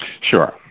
Sure